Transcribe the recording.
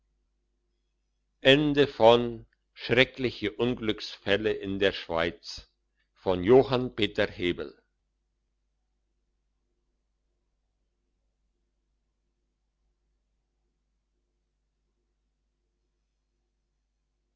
schreckliche unglücksfälle in der schweiz